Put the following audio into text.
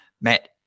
Matt